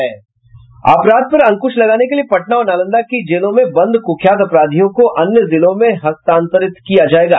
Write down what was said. अपराध पर अंकुश लगाने के लिए पटना और नालंदा की जेलों में बंद कुख्यात अपराधियों को अन्य जिलों में हस्तांतरित किया जायेगा